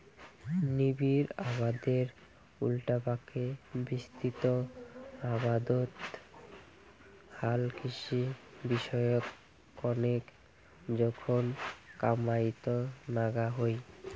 নিবিড় আবাদের উল্টাপাকে বিস্তৃত আবাদত হালকৃষি বিষয়ক কণেক জোখন কামাইয়ত নাগা হই